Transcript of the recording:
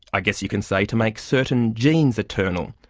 i guess you can say, to make certain genes eternal.